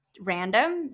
random